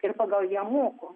ir pagal ją moko